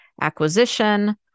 acquisition